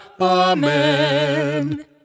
Amen